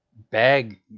bag